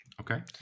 Okay